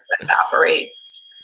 evaporates